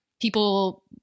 People